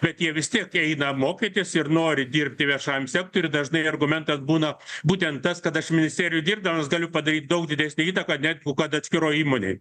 bet jie vis tiek eina mokytis ir nori dirbti viešajam sektoriui dažnai argumentas būna būtent tas kad aš ministerijoj dirbdamas galiu padaryt daug didesnę įtaką negu kad atskiroj įmonėj